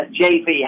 JV